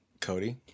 Cody